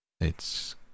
It's